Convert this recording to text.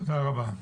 תודה רבה.